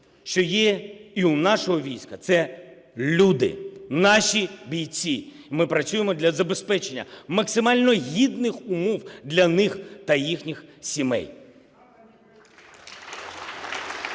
що є і у нашого війська, – це люди, наші бійці. І ми працюємо для забезпечення максимально гідних умов для них та їхніх сімей.